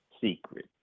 secret